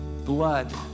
blood